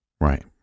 Right